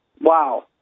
Wow